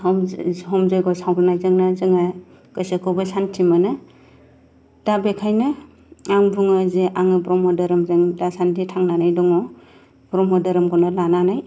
हम जयग सावनायजोंनो जोङो गोसोखौबो सान्ति मोनो दा बेखायनो आं बुङो जि ब्रम्ह धोरोमजों दासान्दि थांनानै दङ ब्रम्ह धोरोमखौनो दा लानानै